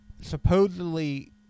supposedly